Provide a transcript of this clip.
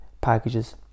packages